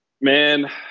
Man